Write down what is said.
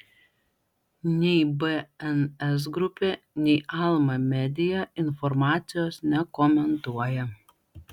nei bns grupė nei alma media informacijos nekomentuoja